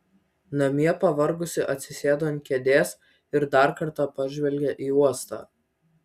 namie pavargusi atsisėdo ant kėdės ir dar kartą pažvelgė į uostą